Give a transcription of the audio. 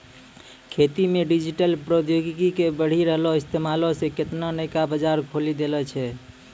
खेती मे डिजिटल प्रौद्योगिकी के बढ़ि रहलो इस्तेमालो से केतना नयका बजार खोलि देने छै